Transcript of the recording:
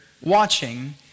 watching